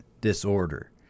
disorder